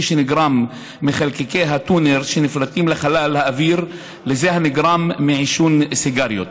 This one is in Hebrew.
שנגרם מחלקיקי הטונר שנפלטים לחלל האוויר לזה הנגרם מעישון סיגריות.